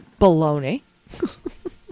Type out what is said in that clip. baloney